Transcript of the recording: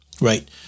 right